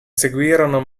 seguirono